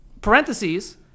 Parentheses